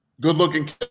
Good-looking